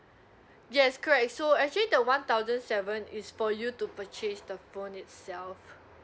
yes correct so actually the one thousand seven is for you to purchase the phone itself